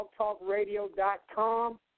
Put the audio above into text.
blogtalkradio.com